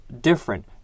different